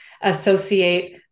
associate